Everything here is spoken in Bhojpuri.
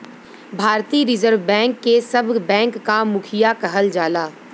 भारतीय रिज़र्व बैंक के सब बैंक क मुखिया कहल जाला